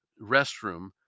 restroom